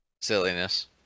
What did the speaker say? Silliness